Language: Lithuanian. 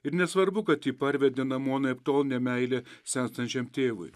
ir nesvarbu kad jį parvedė namo anaiptol ne meilė senstančiam tėvui